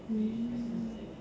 mm